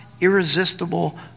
Irresistible